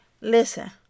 Listen